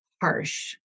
harsh